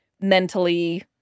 mentally